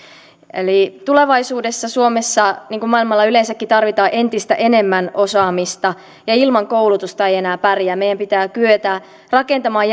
eli tulevaisuudessa suomessa niin kuin maailmalla yleensäkin tarvitaan entistä enemmän osaamista ilman koulutusta ei enää pärjää meidän pitää kyetä rakentamaan